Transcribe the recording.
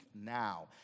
now